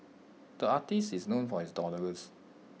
the artist is known for his doodles